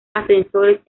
ascensores